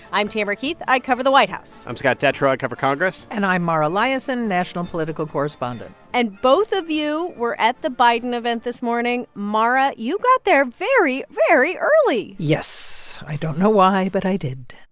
i'm tamara keith. i cover the white house i'm scott detrow. i cover congress and i'm mara liasson, national political correspondent and both of you were at the biden event this morning. mara, you got there very, very early yes. i don't know why, but i did.